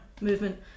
movement